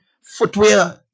footwear